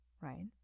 right